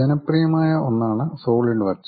ജനപ്രിയമായ ഒന്നാണ് solid works